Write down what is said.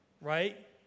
right